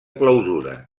clausura